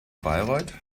bayreuth